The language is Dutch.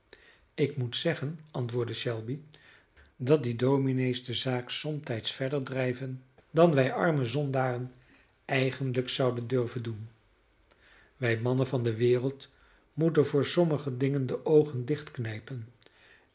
ik moet zeggen antwoordde shelby dat die dominees de zaak somtijds verder drijven dan wij arme zondaren eigenlijk zouden durven doen wij mannen van de wereld moeten voor sommige dingen de oogen